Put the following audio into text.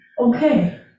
okay